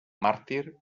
màrtir